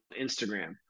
Instagram